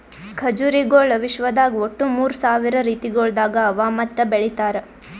ಖಜುರಿಗೊಳ್ ವಿಶ್ವದಾಗ್ ಒಟ್ಟು ಮೂರ್ ಸಾವಿರ ರೀತಿಗೊಳ್ದಾಗ್ ಅವಾ ಮತ್ತ ಬೆಳಿತಾರ್